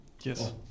Yes